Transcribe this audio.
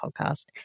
podcast